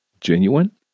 genuine